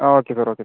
ആ okay sir okay sir